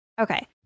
okay